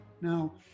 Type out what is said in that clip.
Now